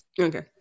Okay